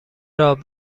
راه